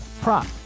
prop